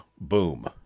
boom